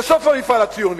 זה סוף המפעל הציוני.